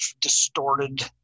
distorted